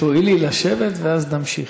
תואילי לשבת, ואז נמשיך.